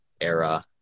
era